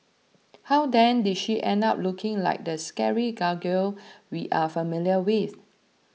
how then did she end up looking like the scary gargoyle we are familiar with